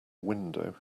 window